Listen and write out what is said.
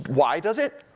why does it?